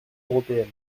européenne